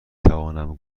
توانم